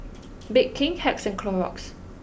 Bake King Hacks and Clorox